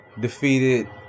defeated